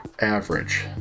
average